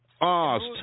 asked